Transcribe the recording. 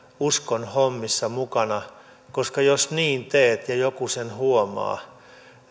uskonhommissa mukana koska jos niin teet ja joku sen huomaa